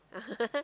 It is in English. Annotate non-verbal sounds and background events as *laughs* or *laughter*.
*laughs*